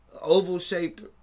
Oval-shaped